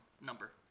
number